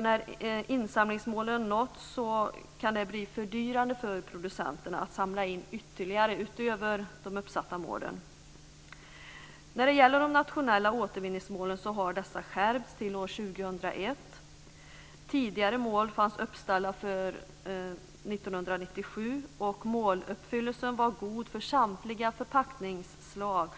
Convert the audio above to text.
När insamlingsmålen nåtts kan det bli fördyrande för producenterna att samla in ytterligare, utöver de uppsatta målen. När det gäller de nationella återvinningsmålen kan jag säga att dessa har skärpts till år 2001. Tidigare mål fanns uppställda för 1997, och måluppfyllelsen var god för samtliga förpackningsslag